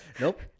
Nope